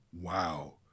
Wow